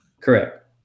Correct